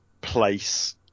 place